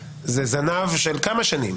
זנב של כמה שנים